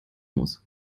muss